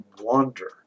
wander